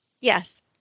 yes